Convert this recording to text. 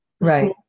Right